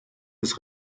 des